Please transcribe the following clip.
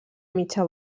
mitja